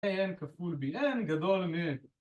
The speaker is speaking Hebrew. M כפול BN גדול מ